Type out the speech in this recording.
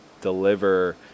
deliver